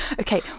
Okay